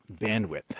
bandwidth